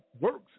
works